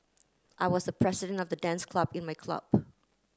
I was the president of the dance club in my club